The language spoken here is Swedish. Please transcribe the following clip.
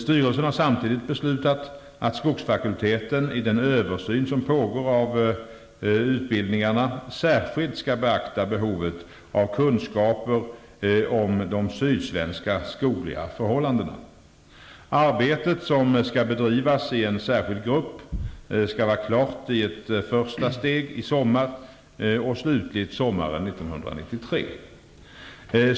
Styrelsen har samtidigt beslutat att skogsfakulteten i den översyn som pågår av utbildningarna särskilt skall beakta behovet av kunskaper om de sydsvenska skogliga förhållandena. Arbetet, som skall bedrivas i en särskild grupp, skall vara klart i ett första steg i sommar och slutligt sommaren 1993.